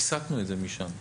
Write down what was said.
הסטנו את זה משם.